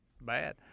Bad